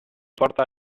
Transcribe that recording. porta